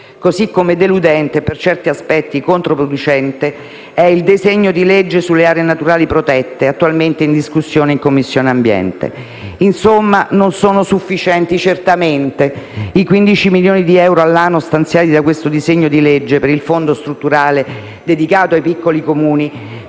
così come deludente e, per certi aspetti, controproducente, è il disegno di legge sulle aree naturali protette, attualmente in discussione in Commissione ambiente. Pertanto, non sono certamente sufficienti i 15 milioni di euro all'anno, stanziati da questo disegno di legge, per il Fondo strutturale dedicato ai piccoli Comuni